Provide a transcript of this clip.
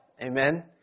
amen